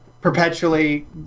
Perpetually